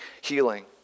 healing